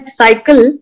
cycle